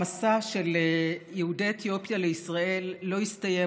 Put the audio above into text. המסע של יהודי אתיופיה לישראל לא הסתיים,